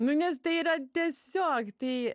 nu nes tai yra tiesiog tai m